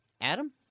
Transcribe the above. Adam